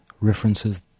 references